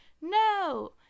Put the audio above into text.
no